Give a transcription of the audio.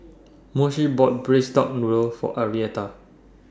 Moshe bought Braised Duck Noodle For Arietta